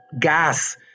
gas